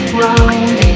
round